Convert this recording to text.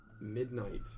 Midnight